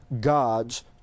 God's